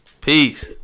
Peace